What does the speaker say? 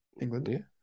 England